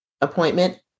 appointment